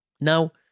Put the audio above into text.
Now